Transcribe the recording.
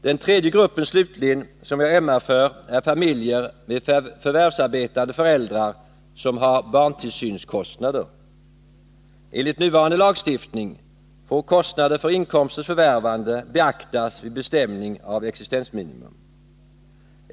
Den tredje grupp, slutligen, som jag ömmar för är familjer med förvärvsarbetande föräldrar som har barntillsynskostnader. Enligt nuvarande lagstiftning får kostnader för inkomsters förvärvande beaktas vid bestämning av existensminimum.